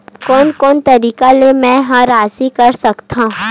कोन कोन तरीका ले मै ह राशि कर सकथव?